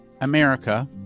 America